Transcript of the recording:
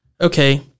Okay